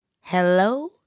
Hello